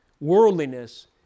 worldliness